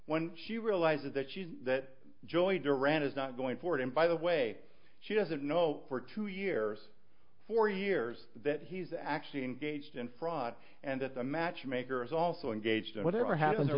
when she realizes that she's that joy duran is not going forward and by the way she doesn't know for two years four years that he's actually engaged in fraud and it's a matchmaker is also engaged in whatever happened to